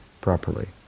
properly